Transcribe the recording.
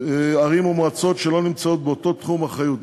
ערים ומועצות שלא נמצאות באותו תחום אחריות.